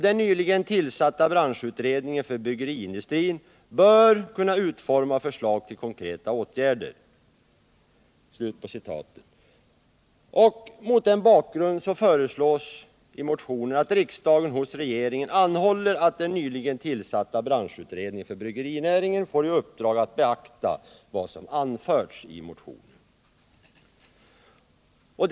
Den nyligen tillsatta branschutredningen för bryggeriindustrin bör kunna utforma förslag till konkreta åtgärder.” Mot den bakgrunden föreslås i motionen att riksdagen hos regeringen anhåller att den nyligen tillsatta branschutredningen för bryggerinäringen får i uppdrag att beakta vad som ss i motionen.